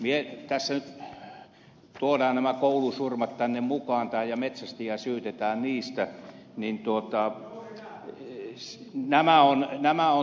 tässä nyt tuodaan nämä koulusurmat tänne mukaan ja metsästäjiä syytetään niistä niin tuota joissa tämä on tämä on